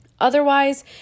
Otherwise